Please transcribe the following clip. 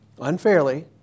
unfairly